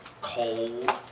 cold